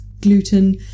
gluten